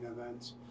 events